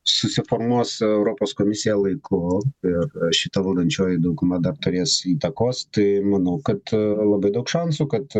susiformuos europos komisija laiku ir šita valdančioji dauguma dar turės įtakos tai manau kad labai daug šansų kad